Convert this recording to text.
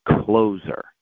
closer